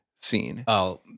scene